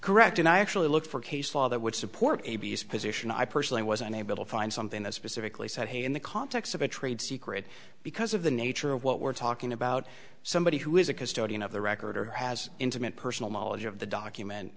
correct and i actually look for case law that would support a b s position i personally was unable to find something that specifically said hey in the context of a trade secret because of the nature of what we're talking about somebody who is a custodian of the record or has intimate personal knowledge of the document